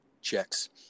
checks